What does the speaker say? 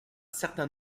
certain